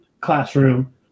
classroom